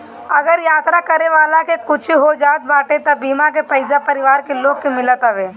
अगर यात्रा करे वाला के कुछु हो जात बाटे तअ बीमा के पईसा परिवार के लोग के मिलत हवे